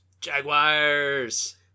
Jaguars